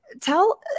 tell